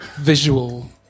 visual